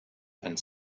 and